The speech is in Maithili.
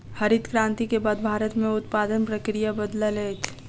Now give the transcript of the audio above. हरित क्रांति के बाद भारत में उत्पादन प्रक्रिया बदलल अछि